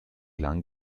lang